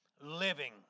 Living